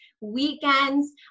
weekends